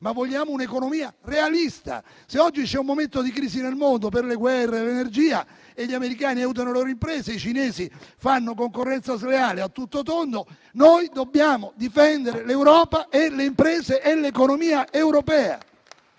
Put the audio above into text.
non vogliamo un'economia dirigista, ma realista. Se oggi c'è un momento di crisi nel mondo, per le guerre e per l'energia, se gli americani aiutano le loro imprese e i cinesi fanno concorrenza sleale a tutto tondo, noi dobbiamo difendere l'Europa, le imprese e l'economia europee,